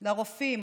אל הרופאים: